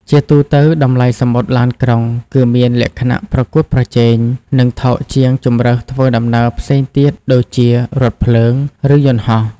ជាទូទៅ តម្លៃសំបុត្រឡានក្រុង គឺមានលក្ខណៈប្រកួតប្រជែង និងថោកជាងជម្រើសធ្វើដំណើរផ្សេងទៀតដូចជារថភ្លើង ឬយន្តហោះ។